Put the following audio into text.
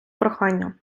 прохання